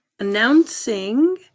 Announcing